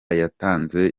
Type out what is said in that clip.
yatanze